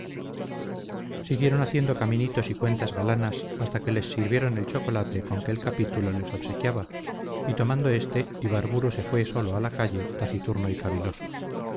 siguieron haciendo caminitos y cuentas galanas hasta que les sirvieron el chocolate con que el capítulo les obsequiaba y tomado éste ibarburu se fue solo a la calle taciturno y caviloso